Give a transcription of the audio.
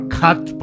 cut